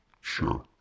Sure